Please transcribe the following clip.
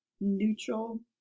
neutral